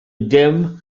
dim